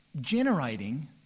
generating